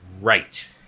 Right